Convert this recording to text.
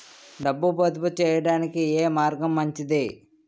డబ్బు పొదుపు చేయటానికి ఏ మార్గం మంచిది?